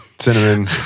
cinnamon